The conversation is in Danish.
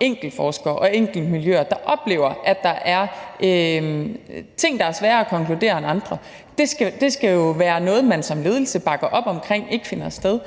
enkeltforskere og enkeltmiljøer, der oplever, at der er ting, der er sværere at konkludere end andre. Det skal jo være noget, man som ledelse bakker op om ikke finder sted,